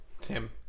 Tim